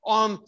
on